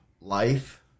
life